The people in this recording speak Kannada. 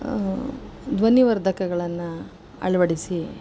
ಧ್ವನಿವರ್ಧಕಗಳನ್ನು ಅಳವಡಿಸಿ